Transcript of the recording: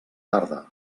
tarda